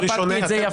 וספגתי את זה יפה.